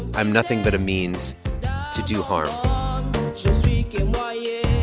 i'm nothing but a means to do harm yeah